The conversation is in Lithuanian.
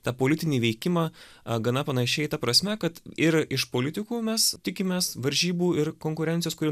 tą politinį veikimą gana panašiai ta prasme kad ir iš politikų mes tikimės varžybų ir konkurencijos kuri